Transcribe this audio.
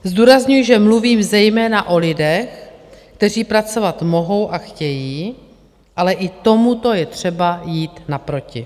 Zdůrazňuji, že mluvím zejména o lidech, kteří pracovat mohou a chtějí, ale i tomuto je třeba jít naproti.